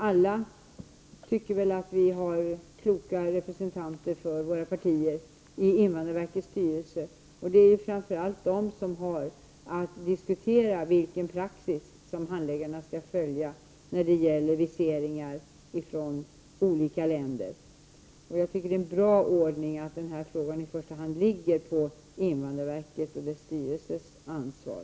Alla anser vi väl att det är kloka representanter för de olika partierna som sitter i invandrarverkets styrelse. Det är framför allt dessa som har att diskutera vilken praxis handläggarna har att följa när det gäller viseringar från olika länder. Det är en bra ordning att denna uppgift i första hand är invandrarverkets och dess styrelses ansvar.